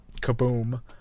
kaboom